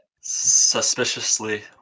Suspiciously